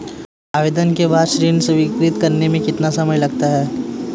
आवेदन के बाद ऋण स्वीकृत करने में कितना समय लगता है?